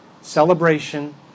celebration